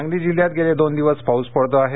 सांगली जिल्ह्यात गेले दोन दिवस पाउस पडतो आहे